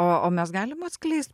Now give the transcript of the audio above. o o mes galim atskleist